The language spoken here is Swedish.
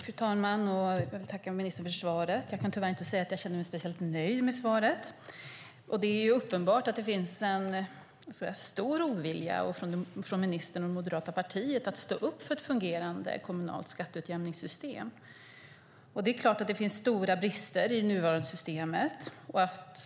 Fru talman! Jag vill tacka ministern för svaret. Jag kan tyvärr inte säga att jag känner mig helt nöjd med svaret. Det är uppenbart att det finns en stor ovilja från ministern och det moderata partiet att stå upp för ett fungerande kommunalt skatteutjämningssystem. Det är klart att det finns stora brister i det nuvarande systemet.